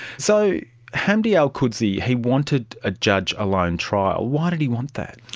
so hamdi alqudsi, he wanted a judge-alone trial. why did he want that?